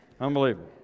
unbelievable